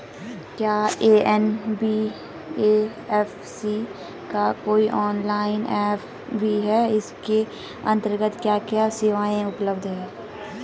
क्या एन.बी.एफ.सी का कोई ऑनलाइन ऐप भी है इसके अन्तर्गत क्या क्या सेवाएँ उपलब्ध हैं?